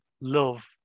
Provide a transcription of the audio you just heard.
love